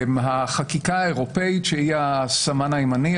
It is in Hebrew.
החקיקה האירופאית שהיא הסמן הימני,